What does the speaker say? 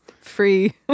free